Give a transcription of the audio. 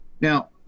Now